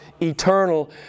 eternal